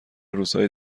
روزهای